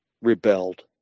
rebelled